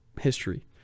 history